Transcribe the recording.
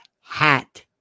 hat